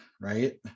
right